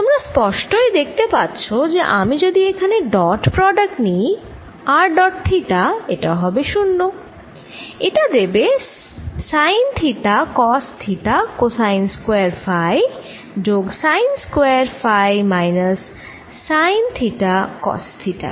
তোমরা স্পষ্টই দেখতে পাচ্ছ যে আমি যদি এখানে ডট প্রোডাক্ট নিই r ডট থিটা এটা হবে 0 এটা দেবে sine theta cos theta cosine square phi যোগ sine square phi minus sine theta cos theta